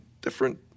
different